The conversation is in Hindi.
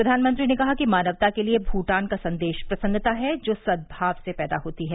प्रधानमंत्री ने कहा कि मानवता के लिए भूटान का संदेश प्रसन्नता है जो सद्भाव से पैदा होती है